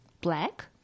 black